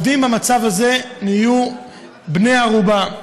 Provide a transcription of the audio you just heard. והעובדים במצב הזה נהיו בני ערובה.